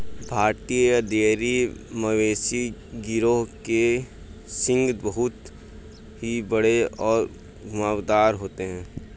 भारतीय डेयरी मवेशी गिरोह के सींग बहुत ही बड़े और घुमावदार होते हैं